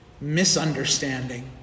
misunderstanding